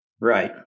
right